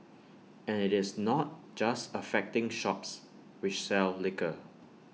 and IT is not just affecting shops which sell liquor